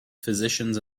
physicians